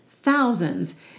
thousands